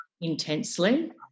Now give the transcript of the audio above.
intensely